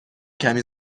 کمی